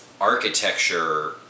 architecture